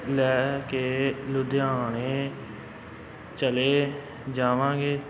ਲੈ ਕੇ ਲੁਧਿਆਣੇ ਚਲੇ ਜਾਵਾਂਗੇ